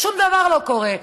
שום דבר לא קורה,